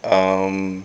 um